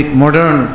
modern